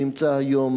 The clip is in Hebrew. שנמצא היום,